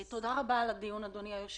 תודה רבה על הדיון, אדוני היושב-ראש.